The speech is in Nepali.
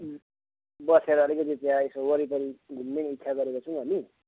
बसेर अलिकति त्यहाँ यसो वरिपरि घुम्ने इच्छा गरेको छौँ हामी त्यहाँ